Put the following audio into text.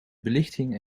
belichting